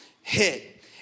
hit